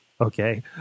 Okay